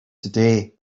today